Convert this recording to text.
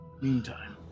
meantime